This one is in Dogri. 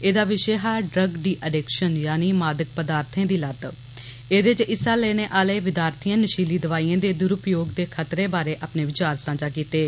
एह्दा विषे हा ''ड्रग डी एडिक्षन'' यानि मादक पदार्थे दी लत सहदे च हिस्सा लेने आह्ले विद्यार्थिएं नषीली दवाइयें दे दुरूप्योग दे खतरे बारै अपने विचार सांझा कीत्ते